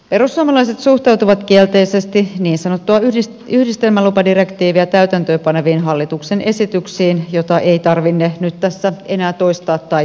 perussuomalaiset suhtautuvat kielteisesti niin sanottua yhdistelmälupadirektiiviä täytäntöönpaneviin hallituksen esityksiin joita ei tarvinne nyt tässä enää toistaa tai eritellä